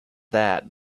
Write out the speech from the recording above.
that